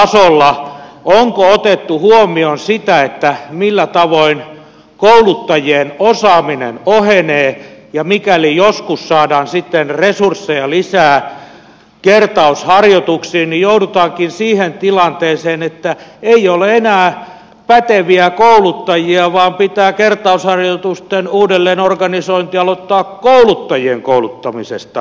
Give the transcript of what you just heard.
onko otettu huomioon sitä millä tavoin kouluttajien osaaminen ohenee ja mikäli joskus saadaan sitten resursseja lisää kertausharjoituksiin niin joudutaankin siihen tilanteeseen että ei ole enää päteviä kouluttajia vaan pitää kertausharjoitusten uudelleenorganisointi aloittaa kouluttajien kouluttamisesta